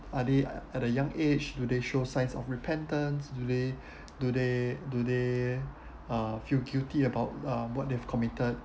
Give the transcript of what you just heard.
are they at the young age do they show signs of repentance do they do they do they uh feel guilty about uh what they've committed